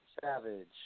Savage